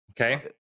Okay